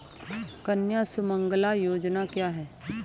सुकन्या सुमंगला योजना क्या है?